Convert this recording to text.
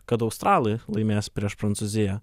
kad australai laimės prieš prancūziją